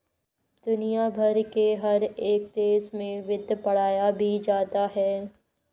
दुनिया भर के हर एक देश में वित्त पढ़ाया भी जाता है